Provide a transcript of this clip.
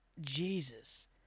Jesus